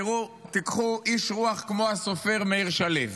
תראו, תיקחו איש רוח כמו הסופר מאיר שלו